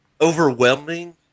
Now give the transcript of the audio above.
overwhelming